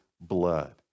blood